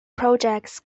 projects